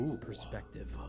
perspective